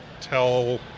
tell